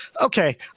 okay